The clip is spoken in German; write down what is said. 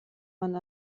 man